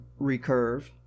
recurve